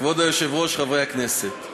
כבוד היושבת-ראש, חברי הכנסת,